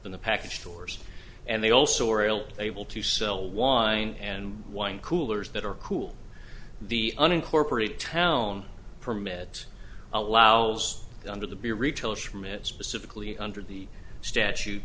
than the package stores and they also oriel able to sell wine and wine coolers that are cool the unincorporated town permit allows under the beer retail schmidt specifically under the statu